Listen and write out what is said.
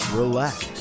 relax